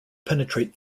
penetrate